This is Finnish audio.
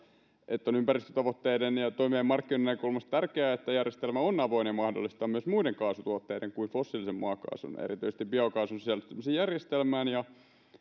että on ympäristötavoitteiden ja ja toimivien markkinoiden näkökulmasta tärkeää että järjestelmä on avoin ja mahdollistaa myös muiden kaasutuotteiden kuin fossiilisen maakaasun ja erityisesti biokaasun sisällyttämisen järjestelmään ja että